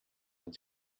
uns